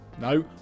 No